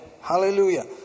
Hallelujah